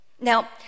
now